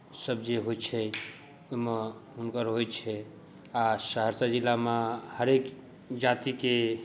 ईसभ जे होइ छै ओहिमे हुनकर होइ छै आ सहरसा जिलामऽ हरेक जातिके